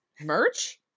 Merch